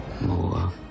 more